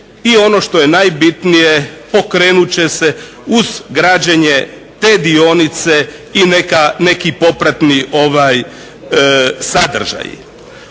I ono što je najbitnije, pokrenut će se uz građenje te dionice i neki popratni sadržaj.